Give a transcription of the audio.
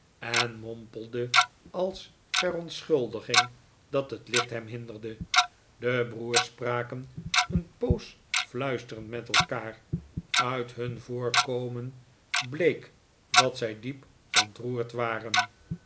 en mompelde als verontschuldiging dat het licht hem hinderde de broers spraken een poos fluisterend met elkaar uit hun voorkomen bleek dat zij diep ontroerd waren